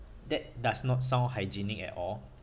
that does not sound hygienic at all